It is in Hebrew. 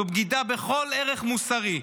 זאת בגידה בכל ערך מוסרי,